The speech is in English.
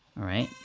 right.